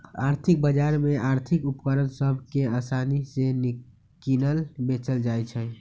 आर्थिक बजार में आर्थिक उपकरण सभ के असानि से किनल बेचल जाइ छइ